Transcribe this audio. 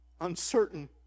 uncertain